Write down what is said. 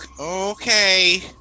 Okay